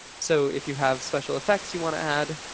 so if you have special effects you want to add